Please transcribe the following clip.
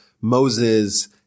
Moses